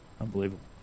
Unbelievable